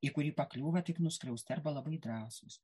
į kurį pakliūva tik nuskriausti arba labai drąsūs